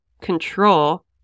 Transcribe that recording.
control